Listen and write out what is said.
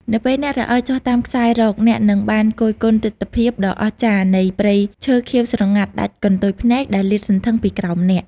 នៅពេលអ្នករអិលចុះតាមខ្សែរ៉ក អ្នកនឹងបានគយគន់ទិដ្ឋភាពដ៏អស្ចារ្យនៃព្រៃឈើខៀវស្រងាត់ដាច់កន្ទុយភ្នែកដែលលាតសន្ធឹងពីក្រោមអ្នក។